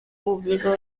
pubblico